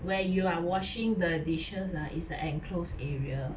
where you are washing the dishes ah it's a enclosed area